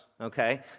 okay